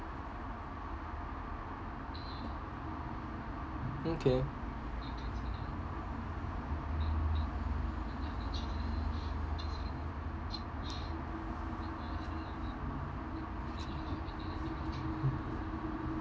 okay